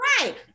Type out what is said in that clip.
Right